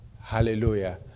Hallelujah